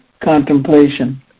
contemplation